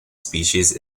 species